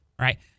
right